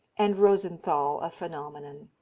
and rosenthal a phenomenon.